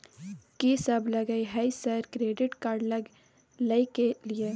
कि सब लगय हय सर क्रेडिट कार्ड लय के लिए?